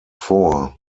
four